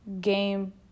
game